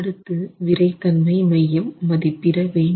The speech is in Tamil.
அடுத்து விறைத்தன்மை மையம் மதிப்பிட வேண்டும்